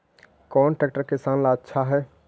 कौन ट्रैक्टर किसान ला आछा है?